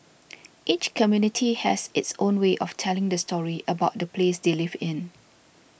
each community has its own way of telling the story about the place they live in